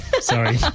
Sorry